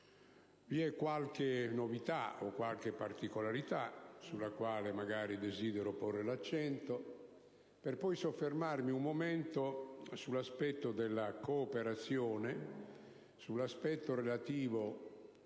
Vi è qualche novità o qualche particolarità sulla quale desidero porre l'accento, per poi soffermarmi un momento sull'aspetto della cooperazione, su ciò